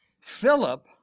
Philip